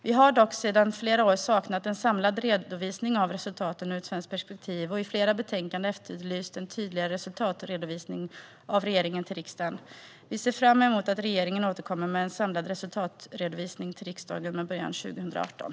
Vi har dock sedan flera år saknat en samlad redovisning av resultaten ur ett svensk perspektiv och har i flera betänkanden efterlyst tydligare resultatredovisning från regeringen till riksdagen. Vi ser fram emot att regeringen återkommer med en samlad resultatredovisning till riksdagen med början 2018.